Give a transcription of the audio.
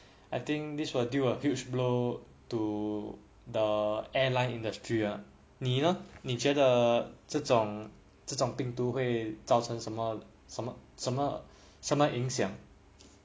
I think this will deal a huge blow to the airline industry lah 你觉得这种这种病毒会造成什么什么什么影响